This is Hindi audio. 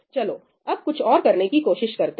चलो अब कुछ और करने की कोशिश करते हैं